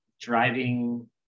driving